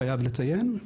חייב לציין,